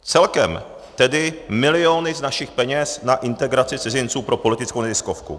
Celkem tedy miliony z našich peněz na integraci cizinců pro politickou neziskovku.